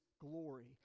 glory